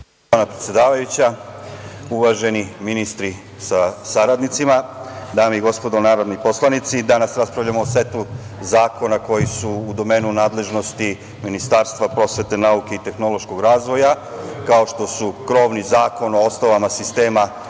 Hvala, predsedavajuća. Uvaženi ministri sa saradnicima, dame i gospodo narodni poslanici, danas raspravljamo o setu zakona koji su u domenu nadležnosti Ministarstva prosvete, nauke i tehnološkog razvoja, kao što su krovni Zakon o osnovama sistema